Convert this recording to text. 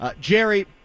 Jerry